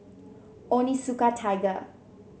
Onitsuka Tiger